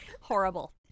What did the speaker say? Horrible